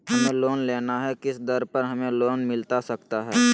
हमें लोन लेना है किस दर पर हमें लोन मिलता सकता है?